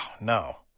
no